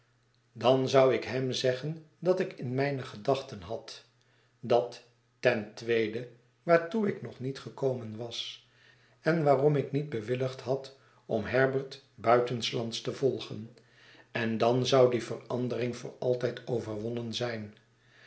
dan zou ik hem zeggen dat ik in mijne gedachten had dat ten tweede waartoe iknog niet gekomen was en waarom ik niet bewilligd had om herbert buitenslands te volgen en dan zou die verandering voor altijd overwonnen zijn